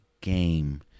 game